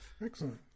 Excellent